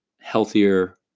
healthier